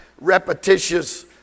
repetitious